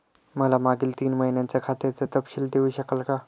मला मागील तीन महिन्यांचा खात्याचा तपशील देऊ शकाल का?